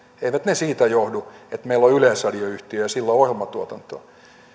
eivät ne siitä johdu että meillä on yleisradioyhtiö ja sillä on ohjelmatuotantoa